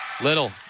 Little